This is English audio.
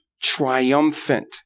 triumphant